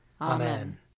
Amen